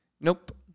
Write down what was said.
Nope